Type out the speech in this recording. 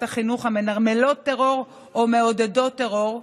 החינוך המנרמלות טרור או מעודדות טרור,